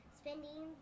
spending